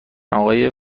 آقای